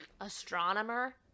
Astronomer